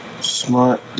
Smart